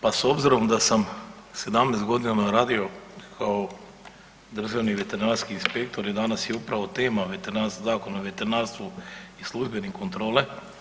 Pa s obzirom da sam 17.g. radio kao državni veterinarski inspektor i danas je upravo tema Zakon o veterinarstvu i službene kontrole.